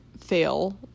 fail